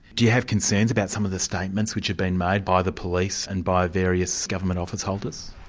do you have concerns about some of the statements which are being made by the police and by various government office holders?